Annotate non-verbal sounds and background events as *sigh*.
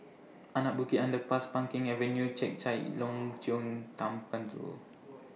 Anak Bukit Underpass Peng Kang Avenue Chek Chai Long Chuen *unintelligible*